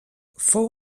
fou